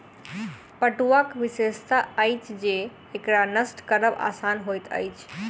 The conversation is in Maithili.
पटुआक विशेषता अछि जे एकरा नष्ट करब आसान होइत अछि